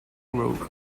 wrote